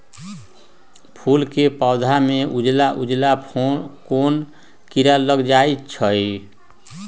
फूल के पौधा में उजला उजला कोन किरा लग जई छइ?